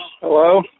Hello